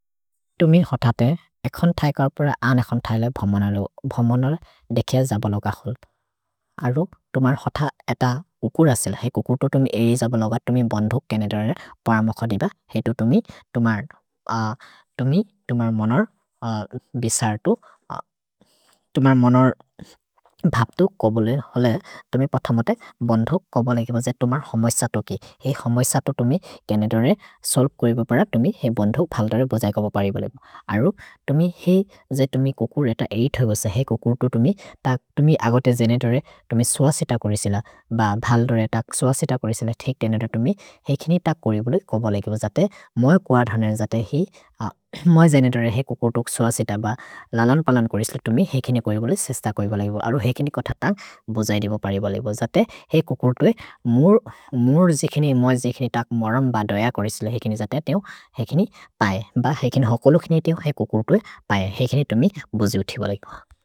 तुमि हथ ते एखोन् थय् कर् प्रए अन् एखोन् थय् ले भमनलो, भमनलो देखे जब लग हल्प। अरु तुमर् हथ एत कुकुर् असिल, ही कुकुर् तु तुमि एरि जब लग, तुमि बन्धु छनद रे परमख दिब। हेतु तुमि, तुमर्, तुमि, तुमर् मनोर् विसर् तु, तुमर् मनोर् भप्तु कबुले। हले, तुमि पथमते बन्धु कबुले गिब जे, तुमर् हमैस तो कि? ही हमैस तो तुमि छनद रे सोल्क् कोइब पर तुमि ही बन्धु भल्दो रे बोजये कबो परि बोले। अरु, तुमि ही जे तुमि कुकुर् रेत आठ होइ बस, ही कुकुर् तु तुमि, तक् तुमि अगते जनतोर् रे तुमि सुअसित कोरिसिल। भ भल्दो रे तक् सुअसित कोरिसिल, थेक् जनतोर् तुमि, हेकिनि तक् कोरि बोले कबोले गिबो। जते मोइ कुअ धनने जते ही, मोइ जनतोर् रे हे कुकुर् तोक् सुअसित ब ललन् पलन् कोरिसिल, तुमि हेकिनि कोइ बोले सेस्त कोइ बोले गिबो। अरु हेकिनि कोथतन् बोजये दिबो परि बोले बोले, जते हे कुकुर् तु रे मुर् जिखिनि मोइ जिखिनि तक् मरम् ब दय कोरिसिल, हेकिनि जते तेओ हेकिनि पये। भ हेकिनि होकोलु किनि तेओ हे कुकुर् तु रे पये, हेकिनि तुमि बोजि उथि बोले गिबो।